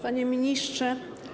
Panie Ministrze!